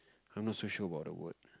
I'm not so sure about the word